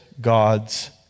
God's